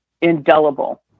indelible